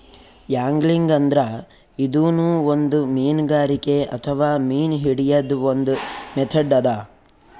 angling ಅಂದ್ರ ಇದೂನು ಒಂದ್ ಮೀನ್ಗಾರಿಕೆ ಅಥವಾ ಮೀನ್ ಹಿಡ್ಯದ್ದ್ ಒಂದ್ ಮೆಥಡ್ ಅದಾ